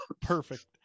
Perfect